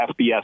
FBS